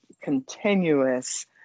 continuous